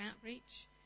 outreach